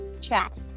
chat